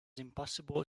impossible